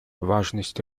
важность